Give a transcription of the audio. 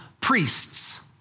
priests